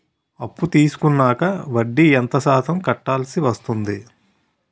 అప్పు తీసుకున్నాక వడ్డీ ఎంత శాతం కట్టవల్సి వస్తుంది?